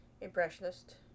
impressionist